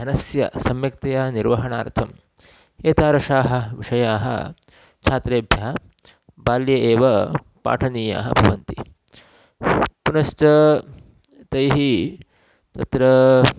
धनस्य सम्यक्तया निर्वहणार्थम् एतादृशाः विषयाः छात्रेभ्यः बाल्ये एव पाठनीयाः भवन्ति पुनश्च तैः तत्र